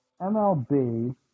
MLB